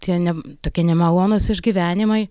tie ne tokie nemalonūs išgyvenimai